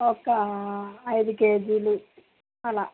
ఒక ఐదు కేజీలు అలా